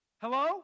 Hello